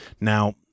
Now